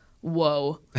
Whoa